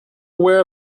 aware